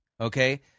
Okay